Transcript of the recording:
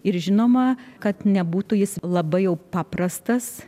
ir žinoma kad nebūtų jis labai jau paprastas